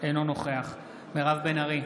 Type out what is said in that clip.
אינו נוכח מירב בן ארי,